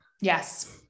Yes